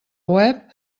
web